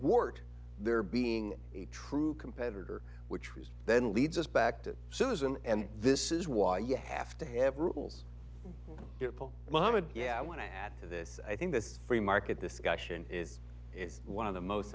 work there being a true competitor which was then leads us back to susan and this is why you have to have rules mom and yeah i want to add to this i think this free market discussion is is one of the most